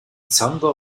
zander